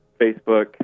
Facebook